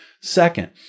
second